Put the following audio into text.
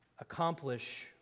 accomplish